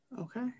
Okay